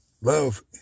love